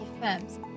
firms